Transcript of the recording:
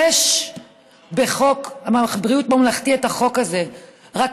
יש את זה בחוק בריאות מממלכתי,